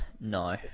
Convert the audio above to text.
no